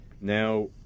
Now